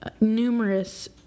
numerous